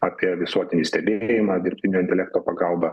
apie visuotinį stebėjimą dirbtinio intelekto pagalba